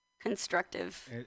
constructive